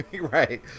Right